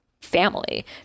family